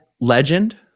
Legend